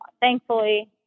thankfully